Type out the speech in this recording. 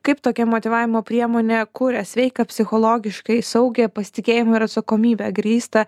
kaip tokia motyvavimo priemonė kuria sveiką psichologiškai saugią pasitikėjimu ir atsakomybe grįstą